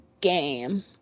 game